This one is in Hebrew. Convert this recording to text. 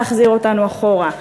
להחזיר אותנו אחורה,